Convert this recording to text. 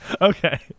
Okay